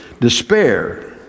despair